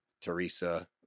Teresa